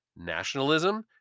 nationalism